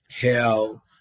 hell